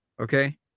Okay